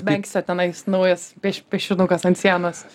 benksio tenais naujas pie piešinukas ant sienos